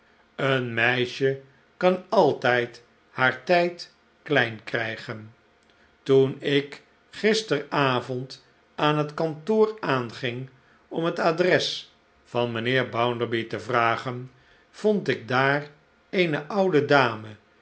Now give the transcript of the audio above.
een meisje kan altijd haar tijd klein krijgen toen ik gisteravon'd aan het kantoor aanging om het adres van mijnheer bounderby te vragen vond ik daar eene oude dame